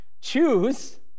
choose